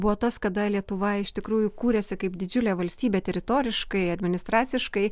buvo tas kada lietuva iš tikrųjų kūrėsi kaip didžiulė valstybė teritoriškai administraciškai